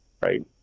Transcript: right